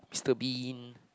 Mister-Bean